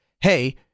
hey